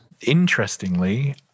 Interestingly